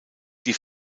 die